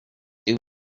due